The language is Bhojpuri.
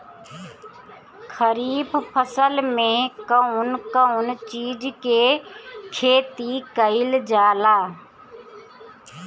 खरीफ फसल मे कउन कउन चीज के खेती कईल जाला?